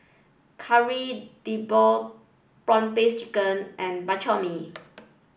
Kari Debal prawn paste chicken and Bak Chor Mee